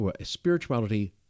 spirituality